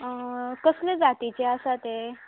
कसले जातीचे आसा ते